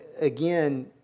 again